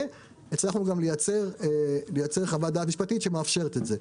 והצלחנו גם לייצר חוות דעת משפטית שמאפשרת את זה.